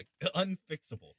unfixable